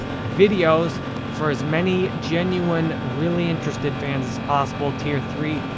videos for as many genuine, really interested fans as possible. tier three,